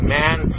man